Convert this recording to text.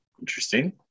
Interesting